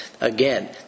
Again